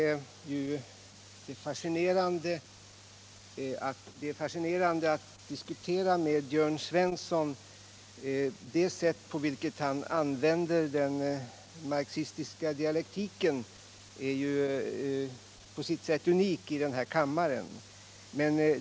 Herr talman! Det är fascinerande att diskutera med Jörn Svensson. Det sätt på vilket han använder den marxistiska dialektiken är i och för sig unikt i den här kammaren.